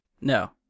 No